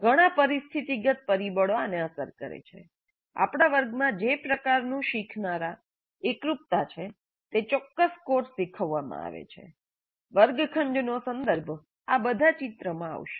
ઘણા પરિસ્થિતિગત પરિબળો આને અસર કરે છે આપણા વર્ગમાં જે પ્રકારનું શીખનારા એકરૂપતા છે જે ચોક્કસ કોર્સ શીખવવામાં આવે છે વર્ગખંડનો સંદર્ભ આ બધા ચિત્રમાં આવશે